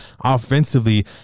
offensively